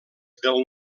del